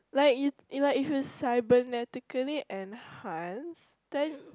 like you like if you cybernetically enhance then